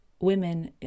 women